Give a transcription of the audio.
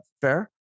fair